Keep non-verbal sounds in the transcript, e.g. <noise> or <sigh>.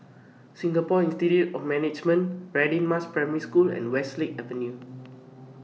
Singapore Institute of Management Radin Mas Primary School and Westlake Avenue <noise>